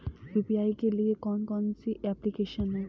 UPI के लिए कौन कौन सी एप्लिकेशन हैं?